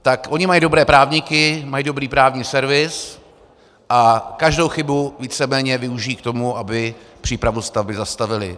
Tak oni mají dobré právníky, mají dobrý právní servis a každou chybu víceméně využijí k tomu, aby přípravu stavby zastavili.